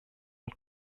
und